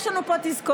יש לנו פה תזכורת,